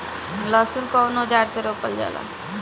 लहसुन कउन औजार से रोपल जाला?